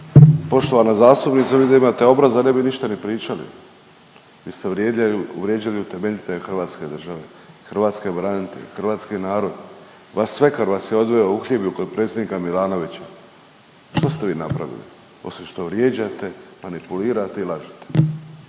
poštovana zastupnice vi da imate obraza ne bi ništa ni pričali, vi ste vrijeđaju, vrijeđali utemeljitelje hrvatske države hrvatske branitelje, hrvatski narod, vaš svekar vas je odveo u …/Govornik se ne razumije./… kod predsjednika Milanovića. Šta ste vi napravili osim što vrijeđate, manipulirate i lažete?